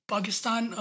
Pakistan